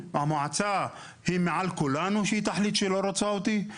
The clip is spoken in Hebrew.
המועצה היא מעל כולנו שהיא תחליט שלא רוצה אותי?